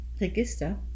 register